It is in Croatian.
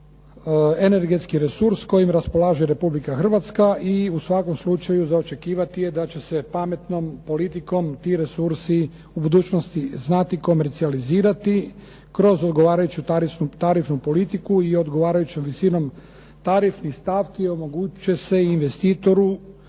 energetski resurs kojim raspolaže Republika Hrvatska i u svakom slučaju za očekivati je da će se pametnom politikom ti resursi u budućnosti znati komercijalizirati kroz odgovarajuću tarifnu politiku i odgovarajućom visinom tarifnih stavki omogućuje se investitoru